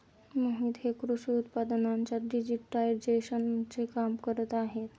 मोहित हे कृषी उत्पादनांच्या डिजिटायझेशनचे काम करत आहेत